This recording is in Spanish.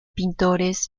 pintores